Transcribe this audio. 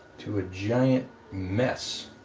to a giant mess,